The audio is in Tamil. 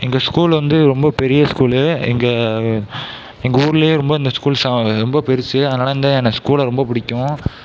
எங்கள் ஸ்கூலு வந்து ரொம்ப பெரிய ஸ்கூலு எங்கள் எங்கள் ஊர்லேயே ரொம்ப அந்த ஸ்கூலு ரொம்ப பெருசு அதனால் அந்த ஸ்கூலை ரொம்ப பிடிக்கும்